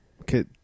okay